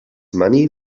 money